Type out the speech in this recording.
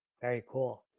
very cool.